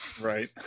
right